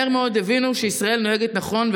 מהר מאוד הבינו שישראל נוהגת נכון,